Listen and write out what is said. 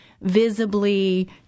visibly